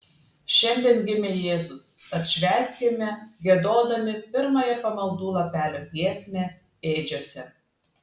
šiandien gimė jėzus tad švęskime giedodami pirmąją pamaldų lapelio giesmę ėdžiose